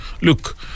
look